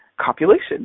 copulation